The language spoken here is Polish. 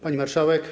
Pani Marszałek!